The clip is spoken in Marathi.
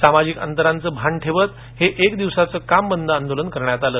सामाजिक अंतराचं भान ठेवत हे एक दिवसाचं काम बंद आंदोलन करण्यात आलं